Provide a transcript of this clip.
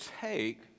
take